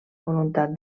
voluntat